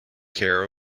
care